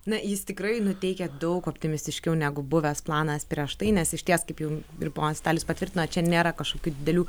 na jis tikrai nuteikia daug optimistiškiau negu buvęs planas prieš tai nes išties kaip jau ir ponas vitalijus patvirtino čia nėra kažkokių didelių